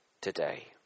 today